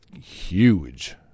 huge